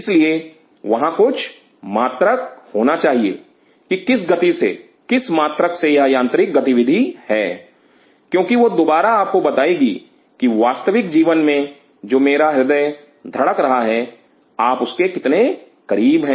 इसलिए वहां कुछ मात्रक होना चाहिए की किस गति से किस मात्रक से यह यांत्रिक गतिविधि है क्योंकि वह दोबारा आपको बताएगी की वास्तविक जीवन में जो मेरा हृदय धड़क रहा है आप उसके कितने करीब हैं